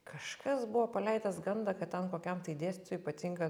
kažkas buvo paleidęs gandą kad ten kokiam tai dėstytojui patinka